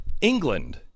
england